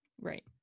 Right